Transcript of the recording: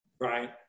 Right